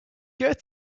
good